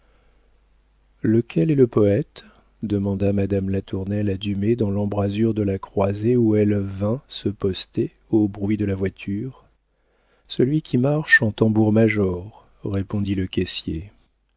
lequel est le poëte demanda madame latournelle à dumay dans l'embrasure de la croisée où elle vint se poster au bruit de la voiture celui qui marche en tambour-major répondit le caissier